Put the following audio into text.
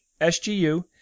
SGU